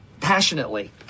passionately